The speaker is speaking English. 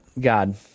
God